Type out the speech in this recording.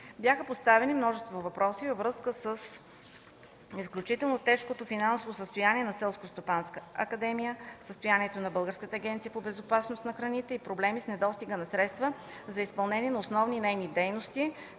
Бяха поставени множество въпроси във връзка с изключително тежкото финансово състояние на Селскостопанската академия, състоянието на Българската агенция по безопасност на храните и проблема с недостига на средства за изпълнение на основни нейни дейности